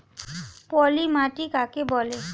পলি মাটি কাকে বলে?